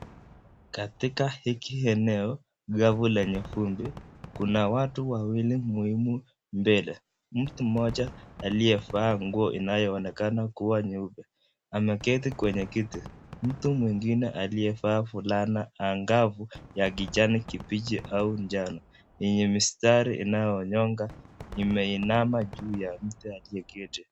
Katika hili eneo kavu lenye vumbi, kuna watu wawili muhimu mbele. Mtu mmoja aliyevaa nguo inayoonekana kuwa nyeupe, ameketi kwenye kiti, mtu mwingine aliyevaa fulana angavu ya kijani kibichi au njano yenye mistari inayonyonga ameinama juu ya mtu aliyeketi.